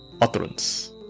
utterance